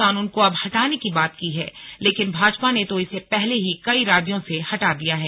कानून को अब हटाने की बात की है लेकिन भाजपा ने तो इसे पहले ही कई राज्यों से हटा दिया है